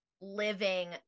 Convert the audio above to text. living